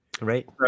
Right